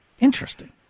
Interesting